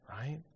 right